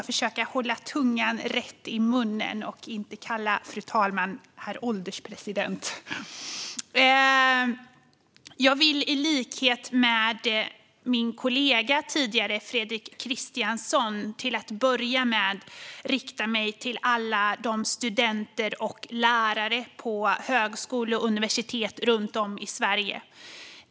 Fru talman! Jag vill i likhet med vad min kollega, Fredrik Christensson, tidigare gjorde rikta mig till alla studenter och lärare på högskolor och universitet runt om i Sverige.